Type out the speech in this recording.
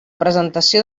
presentació